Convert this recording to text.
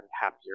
happier